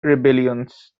rebellions